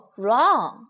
wrong